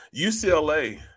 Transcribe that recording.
UCLA